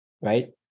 right